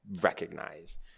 recognize